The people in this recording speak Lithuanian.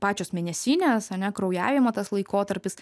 pačios mėnesinės ane kraujavimo tas laikotarpis